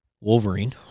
Wolverine